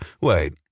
wait